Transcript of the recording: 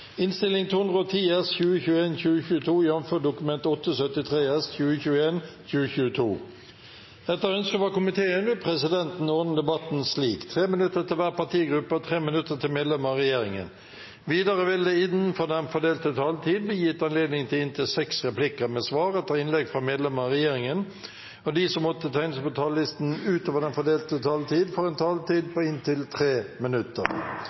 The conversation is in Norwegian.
innstilling fra utenriks- og forsvarskomiteen vil presidenten ordne debatten slik: 3 minutter til hver partigruppe og 3 minutter til medlemmer av regjeringen. Videre vil det – innenfor den fordelte taletid – bli gitt anledning til inntil syv replikker med svar etter innlegg fra medlemmer av regjeringen, og de som måtte tegne seg på talerlisten utover den fordelte taletid, får også en taletid på inntil 3 minutter.